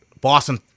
Boston